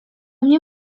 mnie